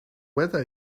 weather